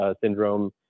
syndrome